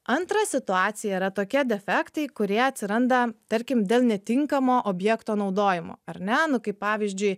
antra situacija yra tokie defektai kurie atsiranda tarkim dėl netinkamo objekto naudojimo ar ne nu kaip pavyzdžiui